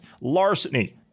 Larceny